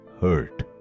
hurt